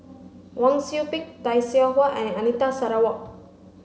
Wang Sui Pick Tay Seow Huah and Anita Sarawak